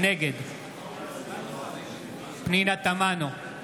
נגד פנינה תמנו,